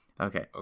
Okay